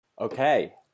Okay